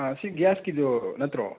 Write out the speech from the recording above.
ꯑꯥ ꯁꯤ ꯒ꯭ꯌꯥꯁꯀꯤꯗꯣ ꯅꯠꯇ꯭ꯔꯣ